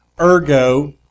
ergo